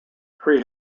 pre